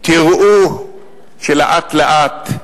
תראו שלאט-לאט,